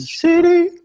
city